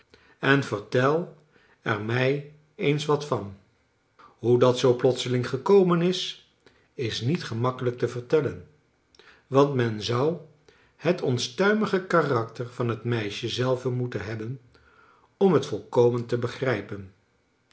en vertel er mij eens wat van hoe dat zoo plotseling gekomen is is niet gemakkelijk te vertellen want men zou het onstuimige karakter van het meisje zelve moeten hebben oin het volkomen te begrijpen